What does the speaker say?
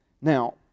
Now